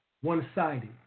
one-sided